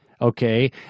okay